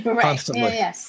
Constantly